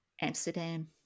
Amsterdam